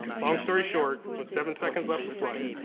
long story short, with seven seconds left to play,